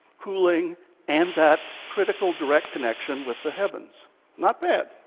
cooling and that critical direct connection with the heavens. not bad.